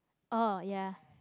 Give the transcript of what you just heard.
oh ya